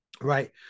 right